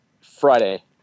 Friday